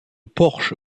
porche